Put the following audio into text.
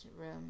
room